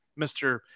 Mr